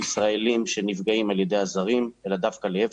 ישראלים שנפגעים על ידי הזרים אלא דווקא להיפך,